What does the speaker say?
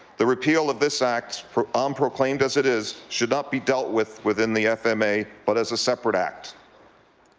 the repeal of this act um unproclaimed as it is should not be dealt with with in the f m a. but as a separate act.